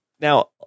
Now